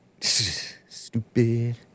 Stupid